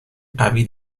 قوی